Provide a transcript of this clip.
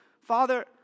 Father